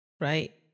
right